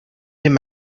him